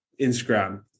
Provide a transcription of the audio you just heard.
Instagram